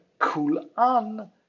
kul'an